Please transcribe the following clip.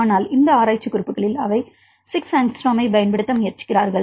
ஆனால் இந்த ஆராய்ச்சி குறிப்புகளில் அவர்கள் 6 ஆங்ஸ்ட்ரோமைப் பயன்படுத்த முயற்சிக்கிறார்கள்